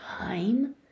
time